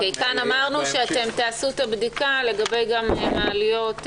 כאן אמרנו שתעשו את הבדיקה לגבי מעליות.